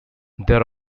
there